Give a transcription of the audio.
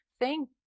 thank